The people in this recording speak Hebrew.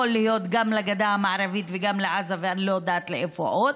יכול להיות גם לגדה המערבית וגם לעזה ואני לא יודעת לאיפה עוד,